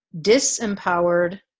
disempowered